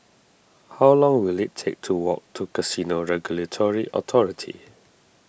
how long will it take to walk to Casino Regulatory Authority